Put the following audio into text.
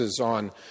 on